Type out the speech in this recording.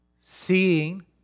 seeing